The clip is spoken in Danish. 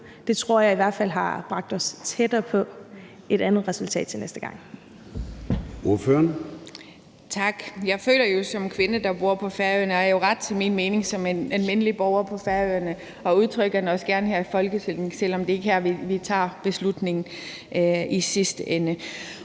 Det tror jeg i hvert fald har bragt os tættere på et andet resultat til næste gang.